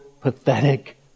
pathetic